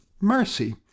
mercy